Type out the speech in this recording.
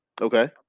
Okay